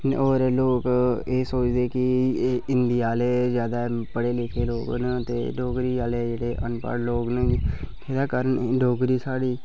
ते होर लोग एह् सोचदे कि एह् हिंदी आह्ले जैदा पढ़े लिखे दे लोग न ते डोगरी आह्ले जेह्ड़े अनपढ़ लोग न एह्दे कारण डोगरी साढ़ी